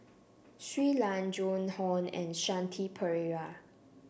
Shui Lan Joan Hon and Shanti Pereira